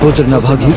but to nabhagh